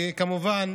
וכמובן